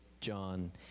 john